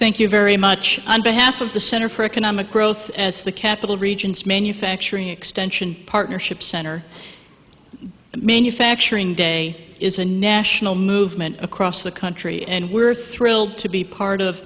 thank you very much on behalf of the center for economic growth as the capital regions manufacturing extension partnership center manufacturing day is a national movement across the country and we're thrilled to be part of